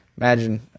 imagine